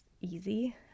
easy